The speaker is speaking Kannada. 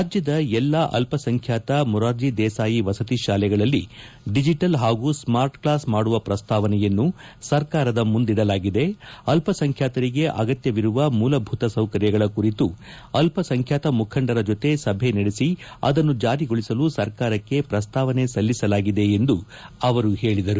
ರಾಜ್ಕದ ಎಲ್ಲಾ ಅಲ್ಪಸಂಖ್ಯಾತ ಮೊರಾರ್ಜ ದೇಸಾಯಿ ವಸತಿ ಶಾಲೆಗಳಲ್ಲಿ ಡಿಜಿಟಲ್ ಪಾಗೂ ಸ್ಕಾರ್ಟ್ ಕ್ಲಾಸ್ ಮಾಡುವ ಪ್ರಸ್ತಾವನೆಯನ್ನು ಸರ್ಕಾರದ ಮುಂದಿಡಲಾಗಿದೆ ಅಲ್ಪಸಂಬ್ಕಾತರಿಗೆ ಆಗತ್ತವಿರುವ ಮೂಲಭೂತ ಸೌಕರ್ಯಗಳ ಕುರಿತು ಅಲ್ಪಸಂಬ್ಕಾತ ಮುಖಂಡರ ಜೊತೆ ಸಭೆ ನಡೆಸಿ ಅದನ್ನು ಜಾರಿಗೊಳಿಸಲು ಸರ್ಕಾರಕ್ಕೆ ಪ್ರಸ್ತಾವನೆ ಸಲ್ಲಿಸಲಾಗಿದೆ ಎಂದು ಅವರು ಹೇಳಿದರು